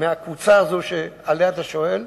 מהקבוצה הזאת שעליה אתה שואל.